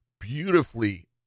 beautifully